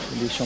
les